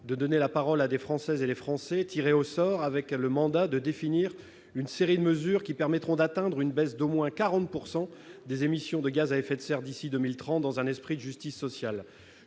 de donner la parole à des Françaises et des Français tirés au sort, avec le mandat de définir une série de mesures qui permettront d'atteindre une baisse d'au moins 40 % des émissions de gaz à effet de serre d'ici à 2030, dans un esprit de justice sociale.